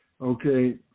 okay